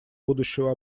будущего